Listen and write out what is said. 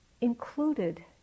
included